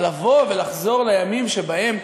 אבל לבוא ולחזור לימים שבהם,